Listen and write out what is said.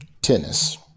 Tennis